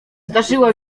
zdarzyło